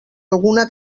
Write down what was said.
alguna